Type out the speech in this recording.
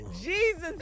Jesus